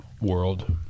world